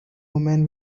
women